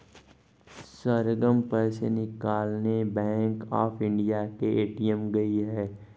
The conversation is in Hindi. सरगम पैसे निकालने बैंक ऑफ इंडिया के ए.टी.एम गई है